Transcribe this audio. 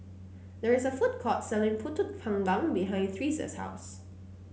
there is a food court selling pulut panggang behind Thresa's house